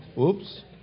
Oops